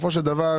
השאלה.